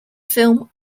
film